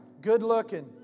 good-looking